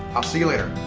i'll see you later.